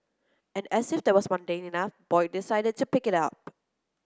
and as if that was mundane enough Boyd decided to pick it up